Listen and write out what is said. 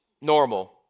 normal